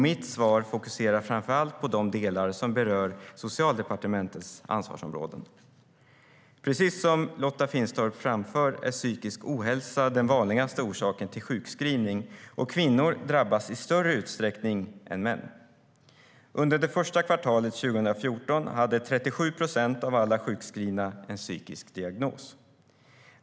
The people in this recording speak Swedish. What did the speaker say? Mitt svar fokuserar framför allt på de delar som berör Socialdepartementets ansvarsområden. Precis som Lotta Finstorp framför är psykisk ohälsa den vanligaste orsaken till sjukskrivning, och kvinnor drabbas i större utsträckning än män. Under det första kvartalet 2014 hade 37 procent av alla sjukskrivna en psykisk diagnos.